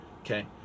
okay